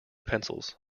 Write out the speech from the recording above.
pencils